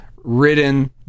Ridden